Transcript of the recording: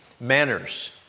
Manners